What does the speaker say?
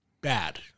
bad